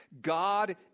God